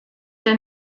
der